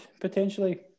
potentially